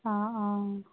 অঁ অঁ